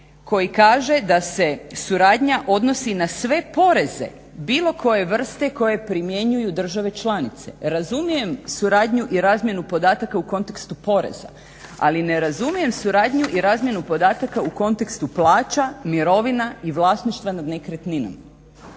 koji kaže da se suradnja odnosi na sve poreze bilo koje vrste koje primjenjuju države članice. Razumijem suradnju i razmjenu podataka u kontekstu poreza, ali ne razumijem suradnju i razmjenu podataka u kontekstu plaća, mirovina i vlasništva nad nekretninama.